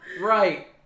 right